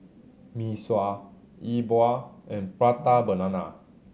Mee Sua E Bua and Prata Banana